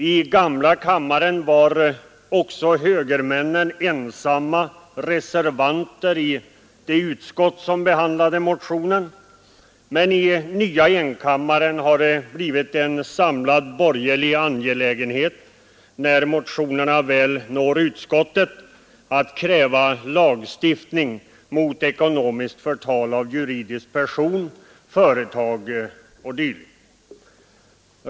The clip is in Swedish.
I den gamla riksdagen var också högermännen ensamma reservanter i det utskott som behandlade motionen, men i den nya kammaren har det blivit en samlad borgerlig angelägenhet, när motionerna väl når utskottet, att kräva lagstiftning mot ekonomiskt förtal av juridisk person —företag o. d.